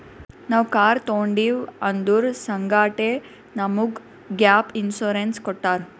ನಾವ್ ಕಾರ್ ತೊಂಡಿವ್ ಅದುರ್ ಸಂಗಾಟೆ ನಮುಗ್ ಗ್ಯಾಪ್ ಇನ್ಸೂರೆನ್ಸ್ ಕೊಟ್ಟಾರ್